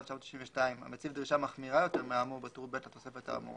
החובה לפי 197 ממילא חלה בפקודת העיריות.